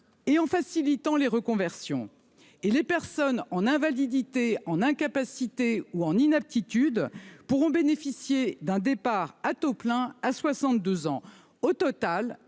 et en facilitant les reconversions. Les personnes en invalidité, en incapacité ou en inaptitude pourront bénéficier d'une retraite à taux plein à 62 ans. Au total,